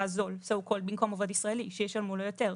זול במקום עובד ישראלי שישלמו לו יותר.